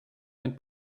and